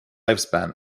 lifespan